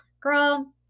girl